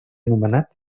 anomenat